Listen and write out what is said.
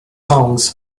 songs